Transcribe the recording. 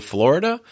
Florida